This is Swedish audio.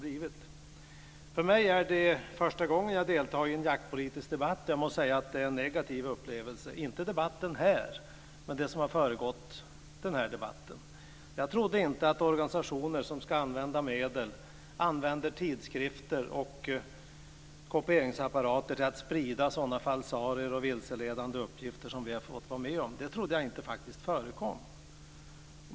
För det första är det första gången som jag deltar i en jaktpolitisk debatt och jag måste säga att det är en negativ upplevelse - inte debatten här men det som har föregått den. Jag trodde inte att organisationer som ska använda medlen utnyttjar tidskrifter och kopieringsapparater till att sprida sådana falsarier och vilseledande uppgifter som vi fått vara med om. Jag trodde faktiskt inte att något sådant förekom.